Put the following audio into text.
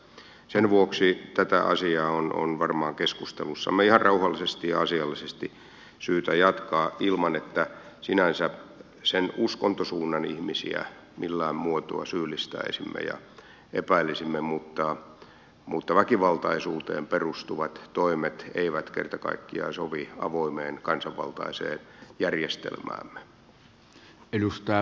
sen vuoksi tätä asiaa on varmaan keskustelussamme ihan rauhallisesti ja asiallisesti syytä jatkaa ilman että sinänsä sen uskontosuunnan ihmisiä millään muotoa syyllistäisimme ja epäilisimme mutta väkivaltaisuuteen perustuvat toimet eivät kerta kaikkiaan sovi avoimeen kansanvaltaiseen järjestelmäämme